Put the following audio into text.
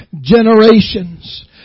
generations